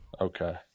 Okay